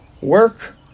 Work